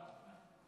לקארה